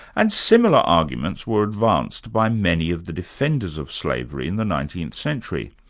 and similar arguments were advanced by many of the defenders of slavery in the nineteenth century,